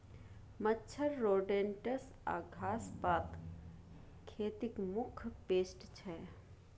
मच्छर, रोडेन्ट्स आ घास पात खेतीक मुख्य पेस्ट छै